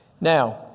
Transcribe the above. Now